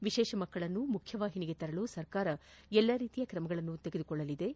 ವಿಶೇಷ ಮಕ್ಕಳನ್ನು ಮುಖ್ಯವಾಹಿನಿಗೆ ತರಲು ಸರ್ಕಾರ ಎಲ್ಲಾ ರೀತಿಯ ಕ್ರಮಗಳನ್ನು ತೆಗೆದುಕೊಳ್ಳಲಾಗುವುದು